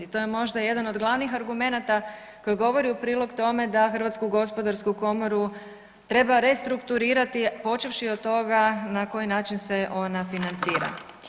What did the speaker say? I to je možda jedan od glavnih argumenata koji govori u prilog tome da Hrvatsku gospodarsku komoru treba restrukturirati počevši od toga na koji način se ona financira.